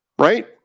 Right